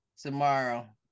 tomorrow